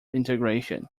integration